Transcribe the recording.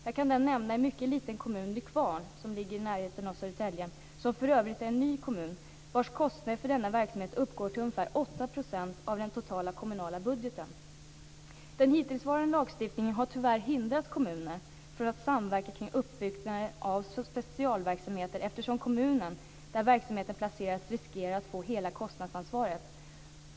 Jag kan nämna en mycket liten kommun, Nykvarn, som ligger i närheten av Södertälje. Det är för övrigt en ny kommun vars kostnader för denna verksamhet uppgår till ungefär 8 % av den totala kommunala budgeten. Den hittillsvarande lagstiftningen har tyvärr hindrat kommuner från att samverka kring uppbyggnaden av specialverksamheter, eftersom kommunen där verksamheten placeras riskerar att få hela kostnadsansvaret.